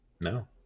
no